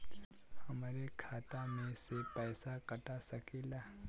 हमरे खाता में से पैसा कटा सकी ला?